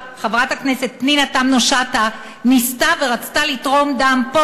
פנינה תמנו-שטה ניסתה ורצתה לתרום דם פה,